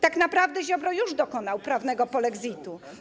Tak naprawdę Ziobro już dokonał prawnego polexitu.